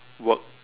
work